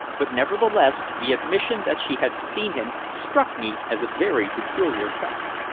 but, nevertheless, the admission that she had seen him struck me as a very peculiar fact.